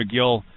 McGill